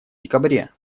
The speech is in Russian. декабре